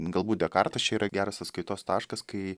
galbūt dekartas čia yra geras atskaitos taškas kai